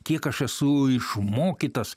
kiek aš esu išmokytas